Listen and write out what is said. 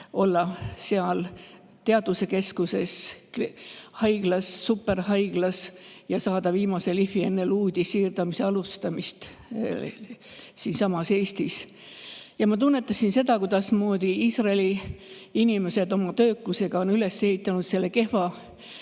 olla seal teaduskeskuses superhaiglas ja saada viimast lihvi enne luuüdi siirdamise alustamist siinsamas Eestis. Ma tunnetasin seda, kuidas Iisraeli inimesed oma töökusega on üles ehitanud selle kehva